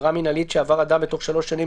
עבירה מינהלית שעבר אדם בתוך שלוש שנים